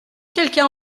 quelqu’un